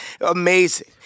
amazing